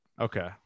Okay